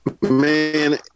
Man